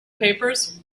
papers